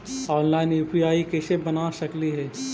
Online UPI कैसे बना सकली ही?